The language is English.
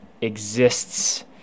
exists